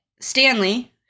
Stanley